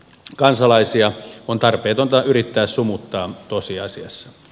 kansalaisia on tarpeetonta yrittää sumuttaa tosiasiassa